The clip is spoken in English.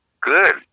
Good